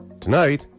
Tonight